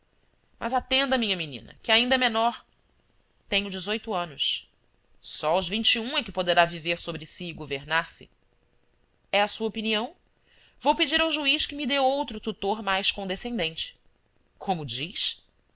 mas atenda minha menina que ainda é menor tenho dezoito anos só aos vinte e um é que poderá viver sobre si e governar se é a sua opinião vou pedir ao juiz que me dê outro tutor mais condescendente como diz